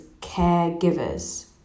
caregivers